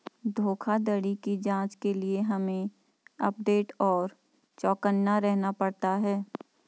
धोखाधड़ी की जांच के लिए हमे अपडेट और चौकन्ना रहना पड़ता है